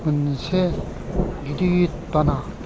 मोनसे गिदिद बाना